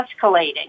escalating